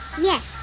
Yes